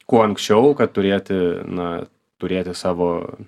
kuo anksčiau kad turėti na turėti savo